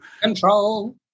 Control